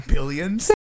Billions